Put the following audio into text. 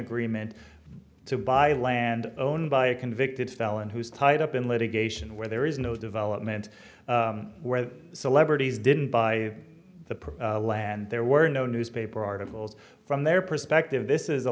agreement to buy land owned by a convicted felon who's tied up in litigation where there is no development where celebrities didn't buy the land there were no newspaper articles from their perspective this is a